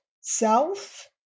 self